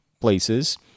places